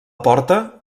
porta